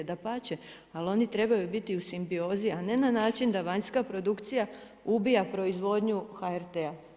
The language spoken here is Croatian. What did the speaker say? Dapače, ali oni trebaju biti u simbiozi, a ne na način da vanjska produkcija ubija proizvodnju HRT-a.